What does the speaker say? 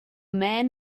man